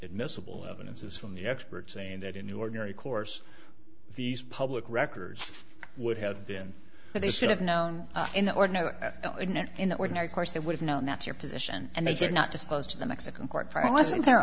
admissible evidence is from the experts saying that in ordinary course these public records would have been that they should have known in the ordinary in the ordinary course they would have known that's your position and they did not disclose to the mexican court for